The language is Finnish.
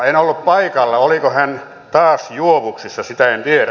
en ollut paikalla oliko hän taas juovuksissa sitä en tiedä